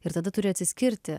ir tada turi atsiskirti